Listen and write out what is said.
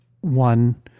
one